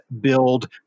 build